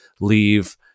leave